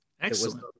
Excellent